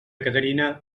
caterina